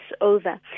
over